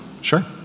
Sure